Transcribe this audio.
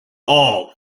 all